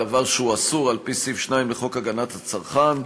דבר שהוא אסור על-פי סעיף 2 לחוק הגנת הצרכן,